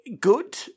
good